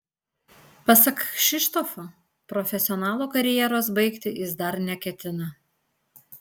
pasak kšištofo profesionalo karjeros baigti jis dar neketina